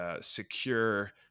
secure